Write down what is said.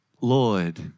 Lord